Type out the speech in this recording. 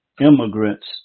immigrants